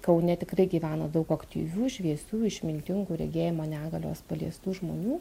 kaune tikrai gyvena daug aktyvių šviesių išmintingų regėjimo negalios paliestų žmonių